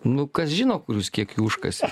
nu kas žino kur jūs kiek jų užkasėt